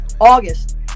August